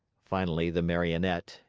finally the marionette,